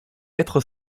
quatre